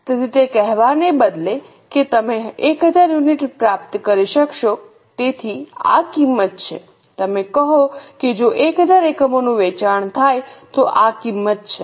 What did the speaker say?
તેથી તે કહેવાને બદલે કે તમે 1000 યુનિટ પ્રાપ્ત કરી શકશો તેથી આ કિંમત છે તમે કહો કે જો 1000 એકમોનું વેચાણ થાય તો આ કિંમત છે